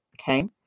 okay